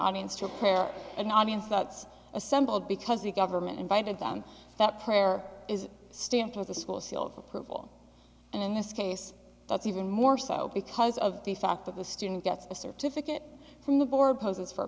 audience to a prayer an audience that's assembled because the government invited them that prayer is stand for the school seal of approval and in this case that's even more so because of the fact that the student gets a certificate from the board poses for a